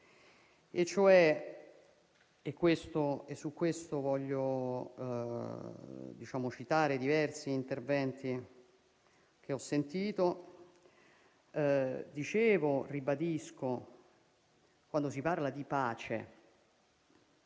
Su questo voglio citare diversi interventi che ho sentito. Ribadisco che, quando si parla di pace,